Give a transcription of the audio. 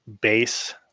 base